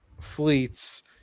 fleets